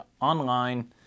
online